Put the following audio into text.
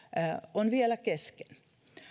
on vielä kesken